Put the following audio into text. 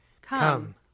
Come